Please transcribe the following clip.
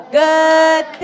good